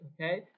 Okay